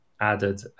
added